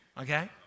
okay